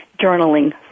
journaling